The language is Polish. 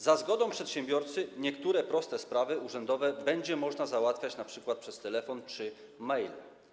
Za zgodą przedsiębiorcy niektóre proste sprawy urzędowe będzie można załatwiać przez telefon czy mail.